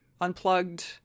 unplugged